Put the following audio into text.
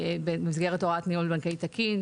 במסגרת הוראת ניהול בנקאי תקין,